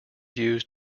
used